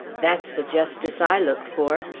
that's the justice i look for.